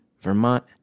Vermont